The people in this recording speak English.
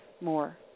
more